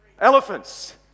Elephants